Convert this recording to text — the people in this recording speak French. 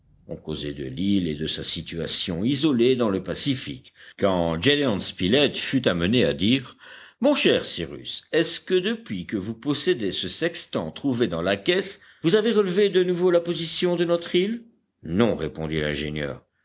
on causait de l'île et de sa situation isolée dans le pacifique quand gédéon spilett fut amené à dire mon cher cyrus est-ce que depuis que vous possédez ce sextant trouvé dans la caisse vous avez relevé de nouveau la position de notre île non répondit l'ingénieur